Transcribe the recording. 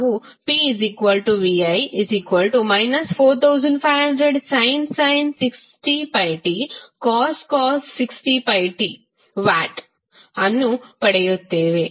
ನಾವು pvi 4500sin 60πt cos 60πt W ಅನ್ನು ಪಡೆಯುತ್ತೇವೆ